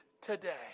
today